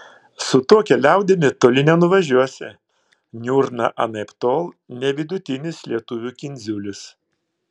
su tokia liaudimi toli nenuvažiuosi niurna anaiptol ne vidutinis lietuvių kindziulis